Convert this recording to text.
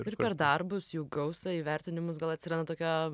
ir per darbus jų gausą įvertinimus gal atsiranda tokia